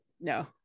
no